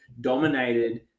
dominated